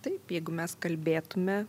taip jeigu mes kalbėtume